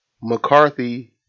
McCarthy